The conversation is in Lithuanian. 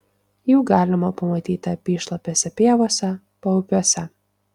jų galima pamatyti apyšlapėse pievose paupiuose